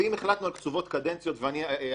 ואם החלטנו על קצובות קדנציות ואני עמדתי